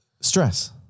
Stress